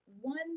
one